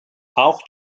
auch